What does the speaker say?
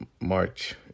March